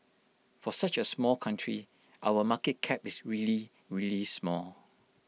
for such A small country our market cap is really really small